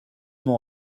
mon